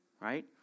right